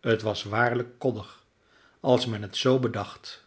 het was waarlijk koddig als men het zoo bedacht